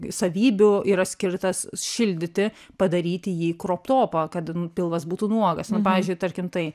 savybių yra skirtas šildyti padaryti jį krop topą kad pilvas būtų nuogas nu pavyzdžiui tarkim tai